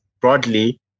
broadly